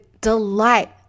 delight